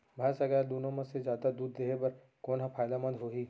भैंस या गाय दुनो म से जादा दूध देहे बर कोन ह फायदामंद होही?